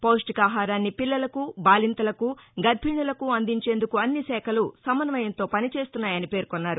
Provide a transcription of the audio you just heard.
పౌష్టికాహారాన్ని పిల్లలకు బాలింతలకు గర్భిణులకు అందించేందుకు అన్ని శాఖలు సమన్వయంతో పని చేస్తున్నాయని పేర్కొన్నారు